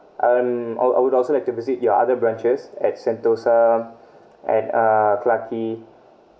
um I I would also like to visit your other branches at sentosa and uh clarke quay